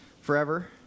forever